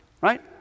Right